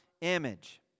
image